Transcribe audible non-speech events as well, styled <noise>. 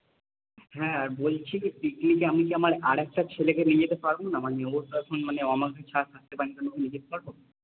হ্যাঁ বলছি কি পিকনিকে আমি কি আমার আর একটা ছেলেকে নিয়ে যেতে পারবো না মানে ও তো এখন মানে আমাকে ছাড়া থাকতে পারে না <unintelligible> নিয়ে যেতে পারবো